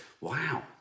Wow